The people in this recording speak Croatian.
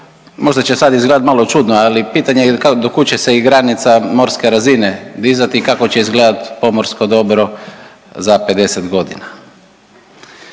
možda će sad izgledat malo čudno, ali pitanje je do kud će se i granica morske razine dizati i kako će izgledati pomorsko dobro za 50 godina.